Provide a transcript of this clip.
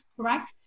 correct